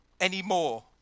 anymore